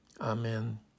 Amen